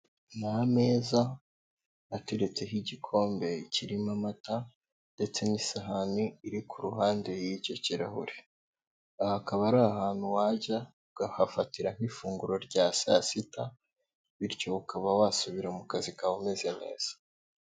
Ni ameza ateretseho igikombe kirimo amata ndetse n'isahani iri ku ruhande y'icyo kirahure, aha hakaba ari ahantu wajya ukahafatiraho ifunguro rya saa sita, bityo ukaba wasubira mu kazi kawe umeze neza.